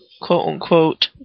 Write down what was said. quote-unquote